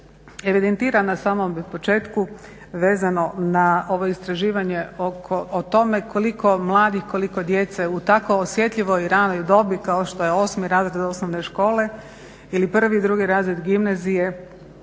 evidentira na samom početku vezano na ovo istraživanje o tome koliko mladih, koliko djece u tako osjetljivoj ranoj dobi kao što je osmi razred osnovne škole ili prvi, drugi razred gimnazije